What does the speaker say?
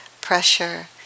pressure